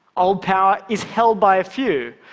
old power is held by a few.